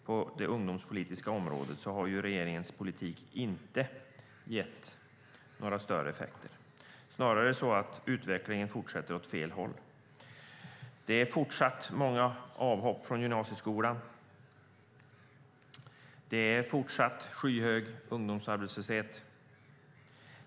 På det ungdomspolitiska området har regeringens politik sedan förra året inte gett några större effekter. Snarare fortsätter utvecklingen åt fel håll. Det är fortsatt många avhopp från gymnasieskolan. Det är fortsatt en skyhög ungdomsarbetslöshet.